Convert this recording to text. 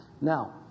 Now